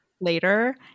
later